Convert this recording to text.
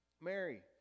Mary